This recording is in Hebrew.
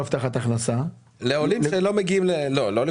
זה במסגרת התמיכה שאנחנו מעניקים לרשויות